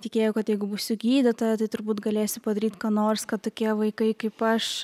tikėjau kad jeigu būsiu gydytoja tai turbūt galėsiu padaryt ką nors kad tokie vaikai kaip aš